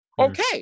Okay